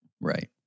right